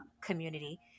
community